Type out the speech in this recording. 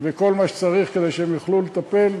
וכל מה שצריך כדי הם יוכלו לטפל.